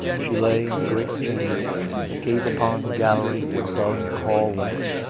she lay in the great chamber that gave upon the gallery above the hall whence,